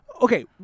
okay